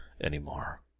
anymore